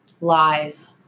Lies